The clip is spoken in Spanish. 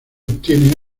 obtiene